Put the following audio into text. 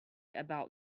about